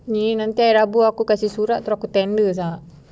ini nanti hari rabu aku kasi surat aku tender sia